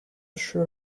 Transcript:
shirt